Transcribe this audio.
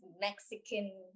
mexican